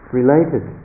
related